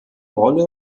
rolle